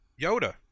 Yoda